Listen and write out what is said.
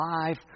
life